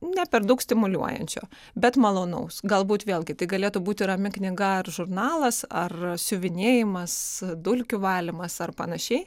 ne per daug stimuliuojančio bet malonaus galbūt vėlgi tai galėtų būti rami knyga ar žurnalas ar siuvinėjimas dulkių valymas ar panašiai